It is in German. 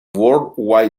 world